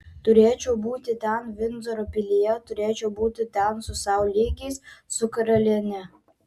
turėčiau būti ten vindzoro pilyje turėčiau būti ten su sau lygiais su karaliene